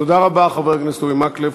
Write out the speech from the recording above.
תודה רבה, חבר הכנסת אורי מקלב.